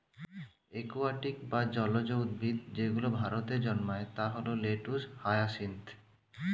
aquatic বা জলজ উদ্ভিদ যেগুলো ভারতে জন্মায় তা হল লেটুস, হায়াসিন্থ